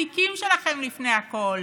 התיקים שלכם לפני הכול,